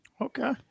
okay